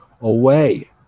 away